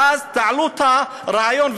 ואז תעלו את הרעיון,